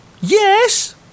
Yes